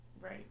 right